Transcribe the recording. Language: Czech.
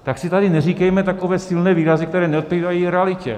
Tak si tady neříkejme takové silné výrazy, které neodpovídají realitě.